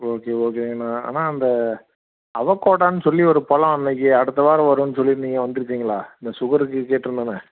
okay ஓகேங்கண்ணா அண்ணா அந்த அவகோடான்னு சொல்லி ஒரு பழம் அன்றைக்கி அடுத்த வாரம் வரும்னு சொல்லியிருந்தீங்க வந்துடுச்சுங்களா இந்த சுகருக்குக் கேட்டிருந்தேனே